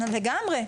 לגמרי.